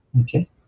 Okay